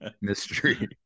mystery